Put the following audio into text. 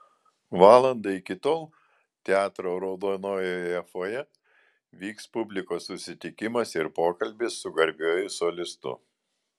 valandą iki tol teatro raudonojoje fojė vyks publikos susitikimas ir pokalbis su garbiuoju solistu